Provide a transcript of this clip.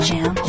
Jam